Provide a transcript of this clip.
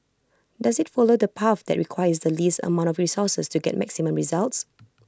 does IT follow the path that requires the least amount of resources to get maximum results